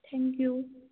thank you